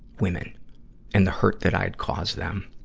women and the hurt that i had caused them.